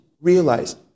realize